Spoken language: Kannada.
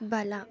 ಬಲ